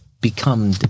become